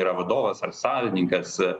yra vadovas ar savininkas